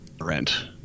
rent